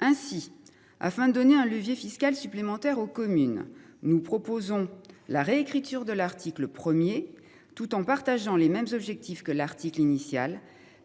Ainsi, afin, donner un levier fiscal supplémentaire aux communes. Nous proposons la réécriture de l'article premier, tout en partageant les mêmes objectifs que l'article initial